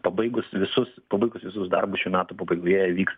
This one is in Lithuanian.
pabaigus visus pabaigus visus darbus šių metų pabaigoje įvyks